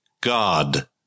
God